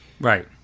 Right